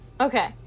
Okay